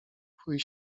chuj